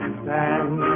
stand